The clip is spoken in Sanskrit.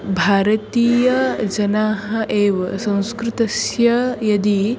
भारतीयजनाः एव संस्कृतस्य यदि